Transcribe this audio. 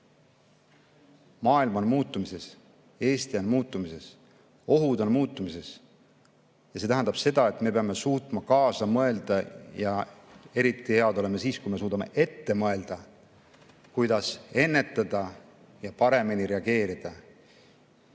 on muutumises, Eesti on muutumises, ohud on muutumises ja see tähendab seda, et me peame suutma kaasa mõelda. Ja eriti head oleme siis, kui me suudame ette mõelda, kuidas ennetada ja paremini reageerida.